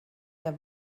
der